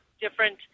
different